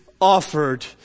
offered